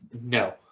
no